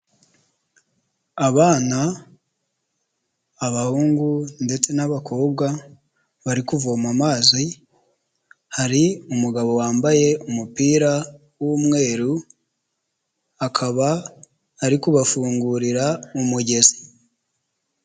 Abana, abahungu ndetse n'abakobwa bari kuvoma amazi, hari umugabo wambaye umupira w'umweru, akaba ari kubafungurira umugezi.